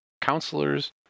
counselors